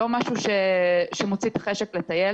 לא משהו שמוציא את החשק לטייל,